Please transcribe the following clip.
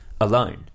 alone